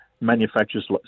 manufacturers